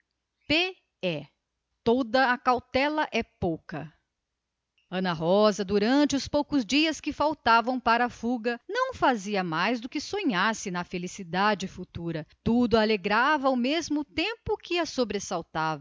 toda a cautela é pouca ana rosa durante os poucos dias que faltavam para a fuga não fazia mais do que sonhar se na futura felicidade estava sobressaltada e ao mesmo tempo radiante de